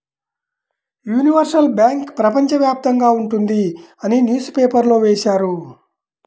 universal bank ప్రపంచ వ్యాప్తంగా ఉంటుంది అని న్యూస్ పేపర్లో వేశారు